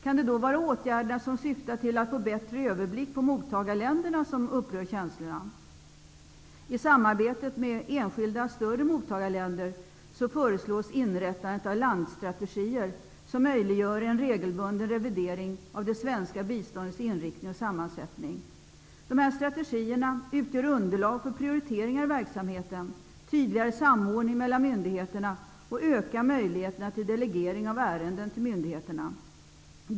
Kan det då vara de åtgärder som syftar till en bättre överblick över mottagarländerna som upprör känslorna? I samarbetet med enskilda större mottagarländer föreslås att landstrategier inrättas som möjliggör en regelbunden revidering av det svenska biståndets inriktning och sammansättning. Dessa strategier utgör underlag för prioriteringar i verksamheten och en tydligare samordning mellan myndigheterna och ökar möjligheterna till en delegering av ärenden till myndigheterna.